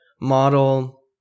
model